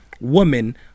woman